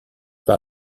par